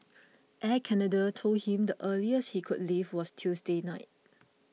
Air Canada told him the earliest he could leave was Tuesday night